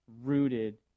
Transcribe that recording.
rooted